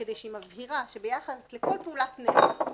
שהיא מבהירה שביחס לכל פעולת נפט,